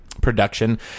production